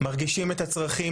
מרגישים את הצרכים,